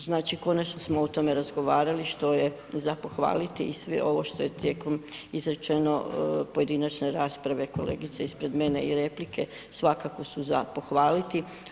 Znači konačno smo o tome razgovarali što je za pohvaliti i sve ovo što je tijekom izrečenom pojedinačne rasprave kolegice ispred mene i replike svakako su za pohvaliti.